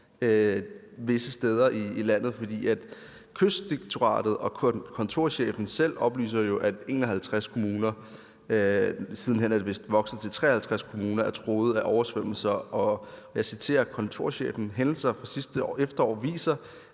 visse steder i landet, fordi Kystdirektoratet og kontorchefen selv oplyser, at 51 kommuner – siden hen er det vist vokset til 53 kommuner – er truet af oversvømmelser. Jeg citerer kontorchefen: Hændelser fra sidste efterår viser,